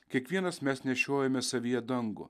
kiekvienas mes nešiojamės savyje dangų